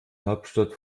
hauptstadt